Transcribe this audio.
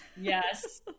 yes